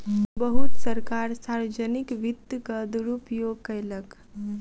बहुत सरकार सार्वजनिक वित्तक दुरूपयोग कयलक